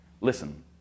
Listen